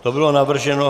To bylo navrženo.